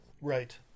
Right